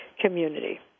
community